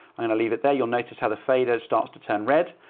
i'm going to leave it there. you'll notice how the fader starts to turn red.